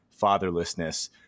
fatherlessness